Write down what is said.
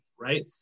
right